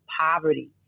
poverty